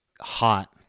hot